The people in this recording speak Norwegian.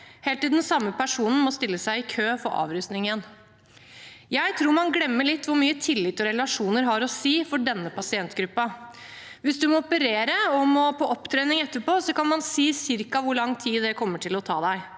helt til den samme personen må stille seg i kø for avrusning igjen. Jeg tror man glemmer litt hvor mye tillit og relasjoner har å si for denne pasientgruppen. Hvis man må operere og må på opptrening etterpå, kan man si ca. hvor lang tid det kommer til å ta, men